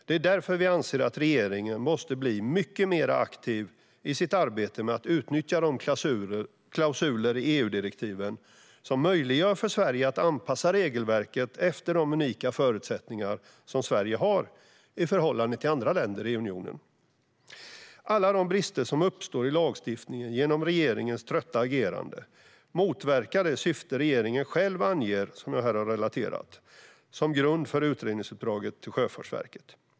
Det är därför vi anser att regeringen måste bli mycket mer aktiv i sitt arbete med att utnyttja de klausuler i EU-direktiven som möjliggör för Sverige att anpassa regelverket efter de unika förutsättningar som Sverige har i förhållande till andra länder i unionen. Alla de brister som uppstår i lagstiftningen genom regeringens trötta agerande motverkar det syfte regeringen själv anger, vilket jag tidigare citerade, som grund för utredningsuppdraget till Sjöfartsverket.